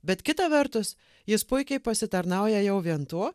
bet kita vertus jis puikiai pasitarnauja jau vien tuo